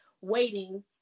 waiting